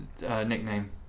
nickname